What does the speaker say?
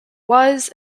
was